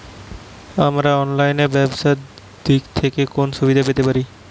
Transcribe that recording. আমরা অনলাইনে ব্যবসার দিক থেকে কোন সুবিধা পেতে পারি?